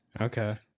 okay